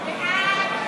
בעד?